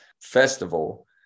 festival